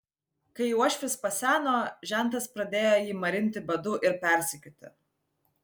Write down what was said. kai uošvis paseno žentas pradėjo jį marinti badu ir persekioti